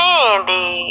Candy